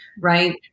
right